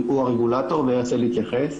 הוא הרגולטור והרצל יתייחס.